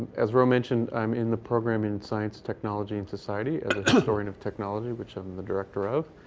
as roe mentioned, i'm in the program in science, technology, and society as an historian of technology, which i'm the director of,